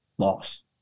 loss